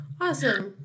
Awesome